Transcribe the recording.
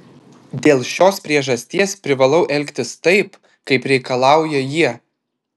dėl šios priežasties privalau elgtis taip kaip reikalauja jie